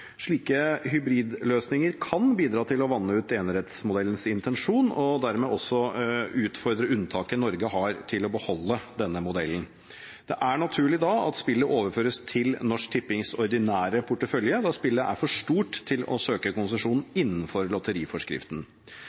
Slike hybridløsninger kan bidra til å vanne ut enerettsmodellens intensjon og dermed også utfordre unntaket Norge har til å beholde denne modellen. Det er naturlig at spillet overføres til Norsk Tippings ordinære portefølje da spillet er for stort til å søke konsesjon innenfor lotteriforskriften.